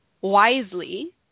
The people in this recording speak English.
wisely